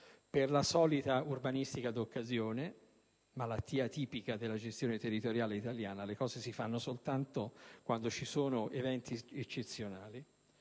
per la solita urbanistica d'occasione, malattia tipica della gestione territoriale italiana (le cose si fanno soltanto quando ci sono eventi eccezionali),